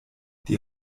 die